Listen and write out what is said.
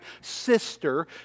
sister